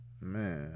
Man